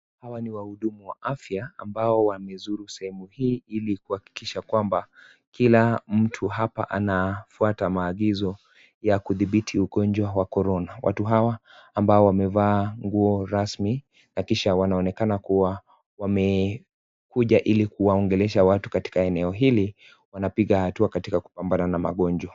Hawa ni wahudumu wa afya ambao wamezuru sehemu hii ili kuhakikisha kwamba kila mtu hapa anafuata maagizo ya kudhibiti ugonjwa wa Corona. Watu hawa ambao wamevaa nguo rasmi na kisha wanaonekana kuwa wamekuja ili kuwaongelesha watu katika eneo hili wanapiga hatua katika kupambana na magonjwa.